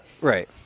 Right